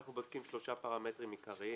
אנחנו בודקים שלושה פרמטרים עיקריים: